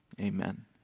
amen